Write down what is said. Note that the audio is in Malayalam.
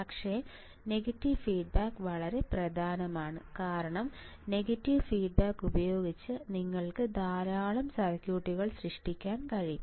പക്ഷേ നെഗറ്റീവ് ഫീഡ്ബാക്ക് വളരെ പ്രധാനമാണ് കാരണം നെഗറ്റീവ് ഫീഡ്ബാക്ക് ഉപയോഗിച്ച് ഞങ്ങൾക്ക് ധാരാളം സർക്യൂട്ടുകൾ സൃഷ്ടിക്കാൻ കഴിയും